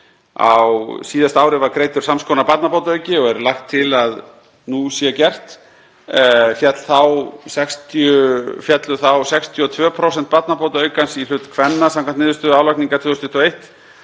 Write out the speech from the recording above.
Á síðasta ári var greiddur sams konar barnabótaauki og lagt er til að nú sé gert. Féllu þá 62% barnabótaaukans í hlut kvenna samkvæmt niðurstöðu álagningar 2021.